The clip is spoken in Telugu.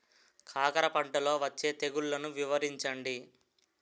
కాకర పంటలో వచ్చే తెగుళ్లను వివరించండి?